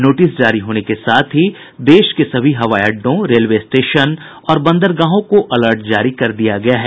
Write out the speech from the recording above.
notice जारी होने के साथ ही देश के सभी हवाई अड्डों रेलवे स्टेशन और बंदरगाहों को अलर्ट जारी कर दिया गया है